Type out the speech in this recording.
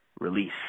release